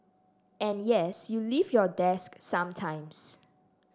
and yes you leave your desk sometimes